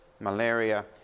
malaria